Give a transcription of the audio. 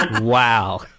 Wow